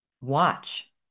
Watch